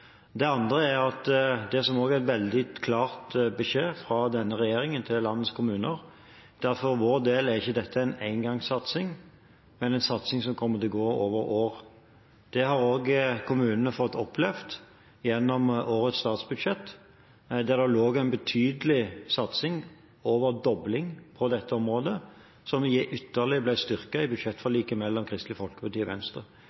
er det også en veldig klar beskjed fra denne regjeringen til landets kommuner. Det er at for vår del er ikke dette en engangssatsing, men en satsing som kommer til å gå over år. Det har også kommunene fått oppleve gjennom årets statsbudsjett, der det lå en betydelig satsing – mer enn en dobling – på dette området, som ble styrket ytterligere i budsjettforliket med Kristelig Folkeparti og Venstre.